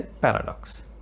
paradox